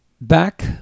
Back